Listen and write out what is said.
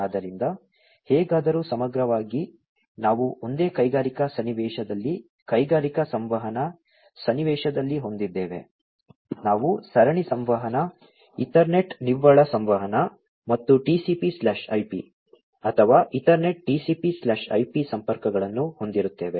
ಆದ್ದರಿಂದ ಹೇಗಾದರೂ ಸಮಗ್ರವಾಗಿ ನಾವು ಒಂದೇ ಕೈಗಾರಿಕಾ ಸನ್ನಿವೇಶದಲ್ಲಿ ಕೈಗಾರಿಕಾ ಸಂವಹನ ಸನ್ನಿವೇಶದಲ್ಲಿ ಹೊಂದಿದ್ದೇವೆ ನಾವು ಸರಣಿ ಸಂವಹನ ಈಥರ್ನೆಟ್ ನಿವ್ವಳ ಸಂವಹನ ಮತ್ತು TCPIP ಅಥವಾ ಈಥರ್ನೆಟ್ TCPIP ಸಂಪರ್ಕಗಳನ್ನು ಹೊಂದಿರುತ್ತೇವೆ